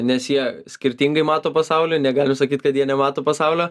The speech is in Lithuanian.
nes jie skirtingai mato pasaulį negalim sakyt kad jie nemato pasaulio